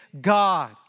God